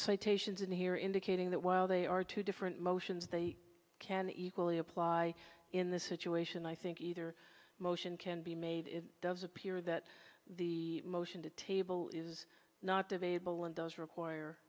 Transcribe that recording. citations in here indicating that while they are two different motions they can equally apply in this situation i think either motion can be made it does appear that the motion to table is not debatable and does require